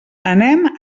anem